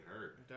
hurt